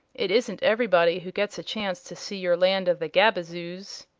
it isn't everybody who gets a chance to see your land of the gabazoos.